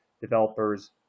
developers